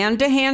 HAND-TO-HAND